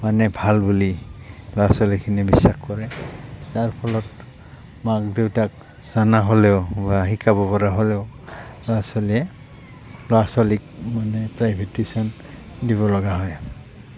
মানে ভাল বুলি ল'ৰা ছোৱালীখিনিয়ে বিশ্বাস কৰে যাৰ ফলত মাক দেউতাক জানা হ'লেও বা শিকাব পৰা হ'লেও ল'ৰা ছোৱালীয়ে ল'ৰা ছোৱালীক মানে প্ৰাইভেট টিউশ্যন দিব লগা হয়